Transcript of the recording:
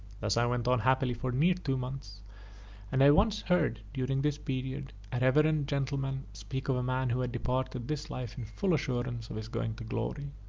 thus i went on happily for near two months and i once heard, during this period, a reverend gentleman speak of a man who had departed this life in full assurance of his going to glory.